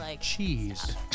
cheese